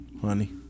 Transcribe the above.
Honey